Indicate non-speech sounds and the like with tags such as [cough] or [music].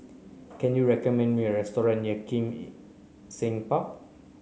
can you recommend me a restaurant near Kim [noise] Seng Park